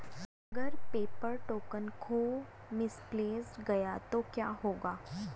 अगर paper token खो misplaced गया तो क्या होगा?